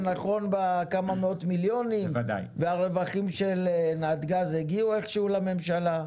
נכון בכמה מאות מיליונים והרווחים של נתגז הגיעו איכשהו לממשלה.